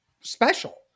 special